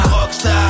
Rockstar